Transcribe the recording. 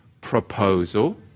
proposal